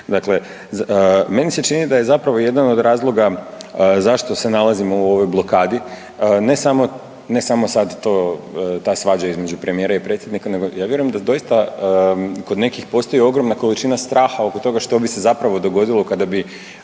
Dakle, meni se čini da je zapravo jedan od razloga zašto se nalazimo u ovoj blokadi ne samo sad ta svađa između premijera i predsjednika, nego ja vjerujem da doista kod nekih postoji ogromna količina straha što bi se zapravo dogodilo kada bi